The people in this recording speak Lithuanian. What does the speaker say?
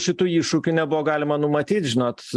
šitų iššūkių nebuvo galima numatyt žinot